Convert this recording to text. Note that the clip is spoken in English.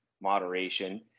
moderation